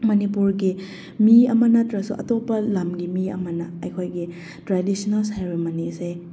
ꯃꯅꯤꯄꯨꯔꯒꯤ ꯃꯤ ꯑꯃ ꯅꯠꯇ꯭ꯔꯁꯨ ꯑꯇꯣꯞꯄ ꯂꯝꯒꯤ ꯃꯤ ꯑꯃꯅ ꯑꯩꯈꯣꯏꯒꯤ ꯇ꯭ꯔꯦꯗꯤꯁꯟꯅꯦꯜ ꯁꯦꯔꯤꯃꯣꯅꯤ ꯑꯁꯦ